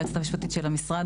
היועצת המשפטית של המשרד,